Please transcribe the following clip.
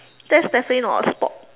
that's definitely not a sport